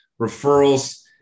referrals